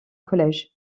collège